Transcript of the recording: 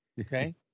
okay